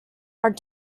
are